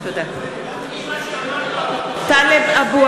(קוראת בשמות חברי הכנסת) טלב אבו